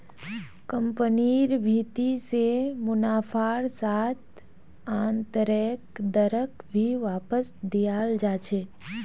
कम्पनिर भीति से मुनाफार साथ आन्तरैक दरक भी वापस दियाल जा छे